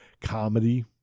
comedy